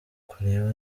kureba